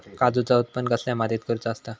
काजूचा उत्त्पन कसल्या मातीत करुचा असता?